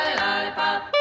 lollipop